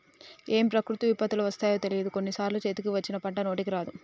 ఏం ప్రకృతి విపత్తులు వస్తాయో తెలియదు, కొన్ని సార్లు చేతికి వచ్చిన పంట నోటికి రాదు